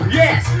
yes